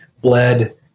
bled